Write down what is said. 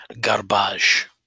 garbage